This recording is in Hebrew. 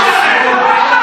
בושה.